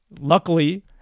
Luckily